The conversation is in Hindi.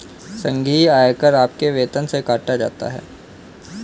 संघीय आयकर आपके वेतन से काटा जाता हैं